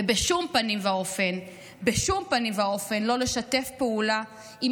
ובשום פנים ואופן לא לשתף פעולה עם